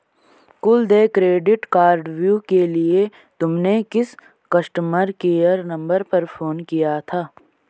कुल देय क्रेडिट कार्डव्यू के लिए तुमने किस कस्टमर केयर नंबर पर फोन किया था?